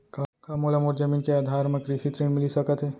का मोला मोर जमीन के आधार म कृषि ऋण मिलिस सकत हे?